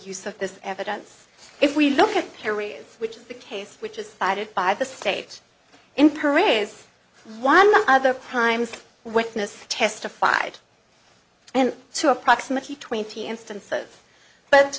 use of this evidence if we look at areas which is the case which is cited by the states in parades one other times witness testified and to approximately twenty instances but